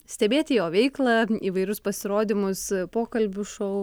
stebėti jo veiklą įvairius pasirodymus pokalbių šou